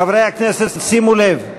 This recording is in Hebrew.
חברי הכנסת, שימו לב,